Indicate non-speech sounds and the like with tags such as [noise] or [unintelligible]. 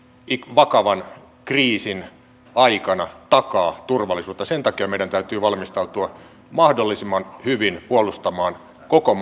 vakavan kriisin aikana takaa turvallisuutta sen takia meidän täytyy valmistautua mahdollisimman hyvin puolustamaan koko [unintelligible]